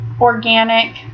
organic